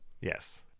Yes